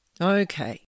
Okay